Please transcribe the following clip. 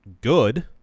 good